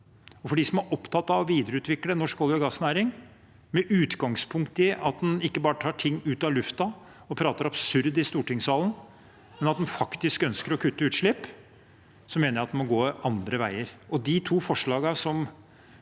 Til dem som er opptatt av å videreutvikle norsk oljeog gassnæring med utgangspunkt i at en ikke bare tar ting ut av luften og prater absurd i stortingssalen, men faktisk ønsker å kutte utslipp: Jeg mener at en må gå andre veier.